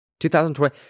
2020